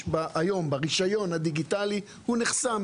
הוא נחסם,